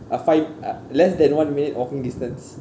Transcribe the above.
uh five uh less than one minute walking distance